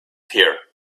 here